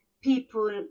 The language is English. people